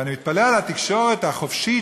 ואני מתפלא על התקשורת החופשית,